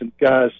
guys